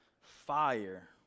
fire